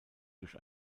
durch